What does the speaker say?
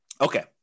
Okay